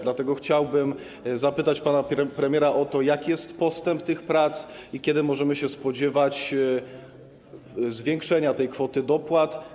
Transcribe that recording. Dlatego chciałbym zapytać pana premiera o to, jaki jest postęp tych prac i kiedy możemy się spodziewać zwiększenia tej kwoty dopłat.